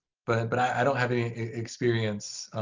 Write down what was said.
but but i don't have any experience